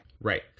Right